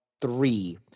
three